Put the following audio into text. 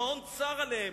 המעון צר עליהם,